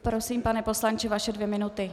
Prosím, pane poslanče, vaše dvě minuty.